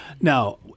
Now